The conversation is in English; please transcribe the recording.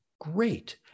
great